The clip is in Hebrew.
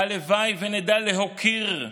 הלוואי שנדע להוקיר,